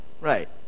right